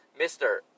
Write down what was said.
Mr